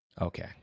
Okay